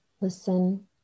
Listen